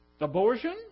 abortion